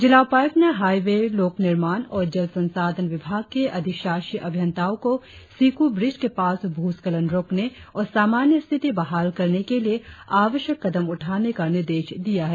जिला उपायुक्त ने हाईवे लोक निर्माण और जल संसाधन विभाग के अधिशासी अभियंताओं को सिकु ब्रीज के पास भ्रस्खलन रोकने और सामान्य स्थिति बहाल करने के लिए आवश्यक कदम उठाने का निर्देश दिया है